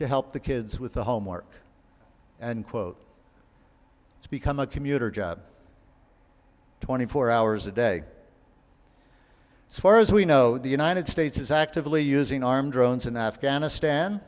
to help the kids with the homework and quote it's become a commuter job twenty four hours a day as far as we know the united states is actively using armed drones in afghanistan